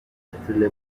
philip